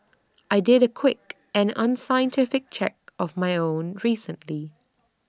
I did A quick and unscientific check of my own recently